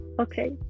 Okay